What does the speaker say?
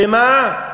ומה?